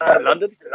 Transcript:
London